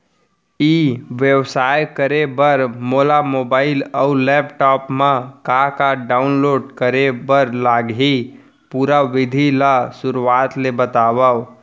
ई व्यवसाय करे बर मोला मोबाइल अऊ लैपटॉप मा का का डाऊनलोड करे बर लागही, पुरा विधि ला शुरुआत ले बतावव?